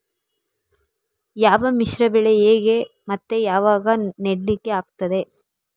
ಯಾವ ಮಿಶ್ರ ಬೆಳೆ ಹೇಗೆ ಮತ್ತೆ ಯಾವಾಗ ನೆಡ್ಲಿಕ್ಕೆ ಆಗ್ತದೆ?